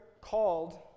called